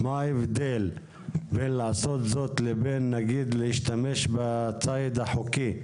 מה ההבדל בין לעשות זאת לבין נגיד להשתמש בציד החוקי,